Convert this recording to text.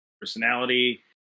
personality